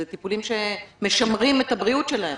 זה טיפולים שמשמרים את הבריאות שלהם.